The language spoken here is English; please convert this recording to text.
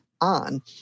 on